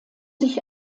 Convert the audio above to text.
sich